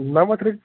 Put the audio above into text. نَمَتھ رۄپیہِ